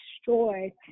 destroyed